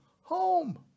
home